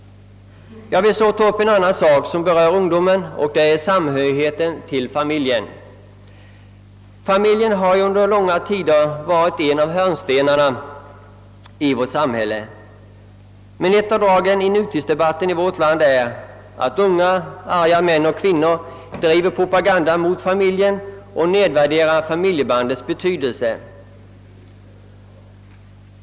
Jag vill så ta upp en annan sak som berör ungdomen, nämligen samhörigheten inom familjen. Under långa tider har ju familjen varit en av hörnstenarna i vårt samhälle. Men ett av dragen i nutidsdebatten i vårt land är att unga arga män och kvinnor driver propaganda mot familjen och nedvärderar familjebandets betydelse.